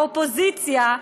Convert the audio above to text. האופוזיציה,